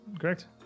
correct